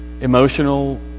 emotional